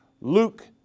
Luke